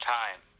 time